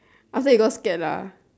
after he got scared lah